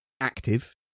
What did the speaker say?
active